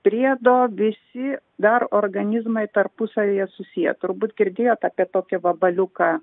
priedo visi dar organizmai tarpusavyje susiję turbūt girdėjot apie tokį vabaliuką